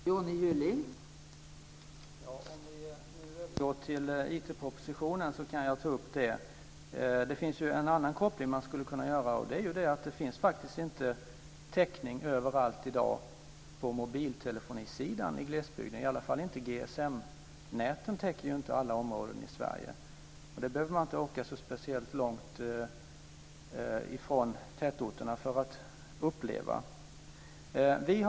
Fru talman! Om vi nu övergår till IT propositionen kan jag ta upp den frågan. Det finns en annan koppling man skulle kunna göra, och det är att det inte finns täckning på mobiltelefonisidan överallt i dag. GSM-näten täcker i alla fall inte alla områden i Sverige. Man behöver inte åka speciellt långt från tätorterna för att uppleva det.